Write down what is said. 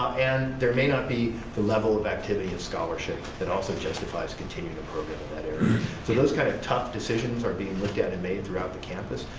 and there may not be the level of activity in scholarship that also justifies continuing the program in that area. so those kind of tough decisions are being looked at and made throughout the campus,